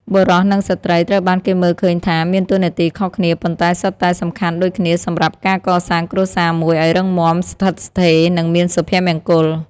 បុរសនិងស្ត្រីត្រូវបានគេមើលឃើញថាមានតួនាទីខុសគ្នា ប៉ុន្តែសុទ្ធតែសំខាន់ដូចគ្នាសម្រាប់ការកសាងគ្រួសារមួយឲ្យរឹងមាំ ស្ថិតស្ថេរ និងមានសុភមង្គល។